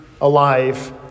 alive